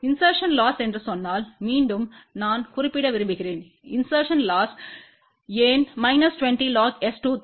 இன்செர்ட்டின் loss என்று சொன்னால் மீண்டும் நான் குறிப்பிட விரும்புகிறேன்இன்செர்ட்டின் லொஸ் ஏன்மைனஸ் 20 log S23